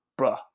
bruh